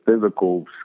physical